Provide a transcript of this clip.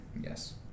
Yes